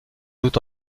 doute